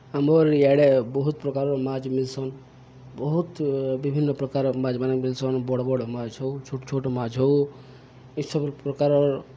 ଆମର୍ ଇଆଡ଼େ ବହୁତ୍ ପ୍ରକାର୍ର ମାଛ୍ ମିିଲ୍ସନ୍ ବହୁତ୍ ବିଭିନ୍ନପ୍ରକାର୍ ମାଛ୍ମାନେ ମିଲ୍ସନ୍ ବଡ଼୍ ବଡ଼୍ ମାଛ୍ ହଉ ଛୋଟ୍ ଛୋଟ୍ ମାଛ୍ ହଉ ଇସବୁ ପ୍ରକାରର୍